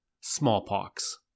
smallpox